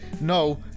no